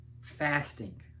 fasting